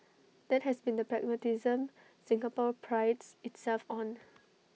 that has been the pragmatism Singapore prides itself on